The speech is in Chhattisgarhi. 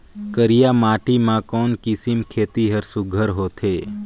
करिया माटी मा कोन किसम खेती हर सुघ्घर होथे?